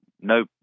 no